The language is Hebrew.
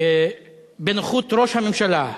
בנוכחות ראש הממשלה,